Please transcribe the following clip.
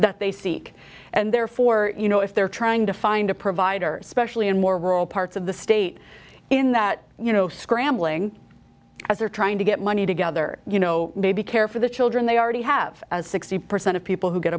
that they seek and therefore you know if they're trying to find a provider especially in more rural parts of the state in that you know scrambling as they're trying to get money together you know maybe care for the children they already have sixty percent of people who get